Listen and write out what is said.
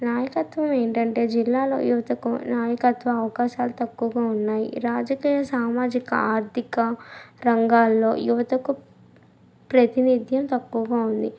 నాయకత్వం ఏంటంటే జిల్లాలోని యువతకు నాయకత్వ అవకాశాలు తక్కువగా ఉన్నాయి రాజకీయ సామాజిక ఆర్దిక రంగాల్లో యువతకు ప్ ప్రాతినిద్యం తక్కువగా ఉంది ఆ